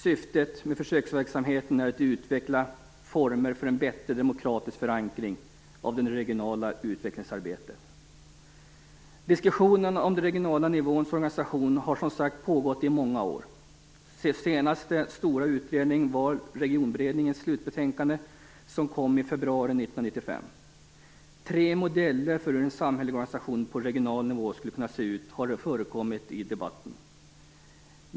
Syftet med försöksverksamheten är att utveckla former för en bättre demokratisk förankring av det regionala utvecklingsarbetet. Diskussionen om den regionala nivåns organisation har som sagt pågått i många år. Den senaste stora utredningen var Regionberedningens slutbetänkande som kom i februari 1995. Tre modeller för hur den samhälleliga organisationen på regional nivå skulle kunna se ut har förekommit i debatten.